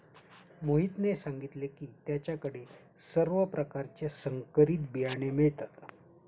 मोहितने सांगितले की त्याच्या कडे सर्व प्रकारचे संकरित बियाणे मिळतात